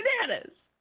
Bananas